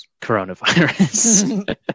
coronavirus